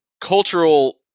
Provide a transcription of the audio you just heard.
cultural